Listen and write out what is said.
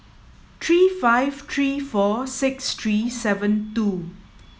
three five three four six three seven two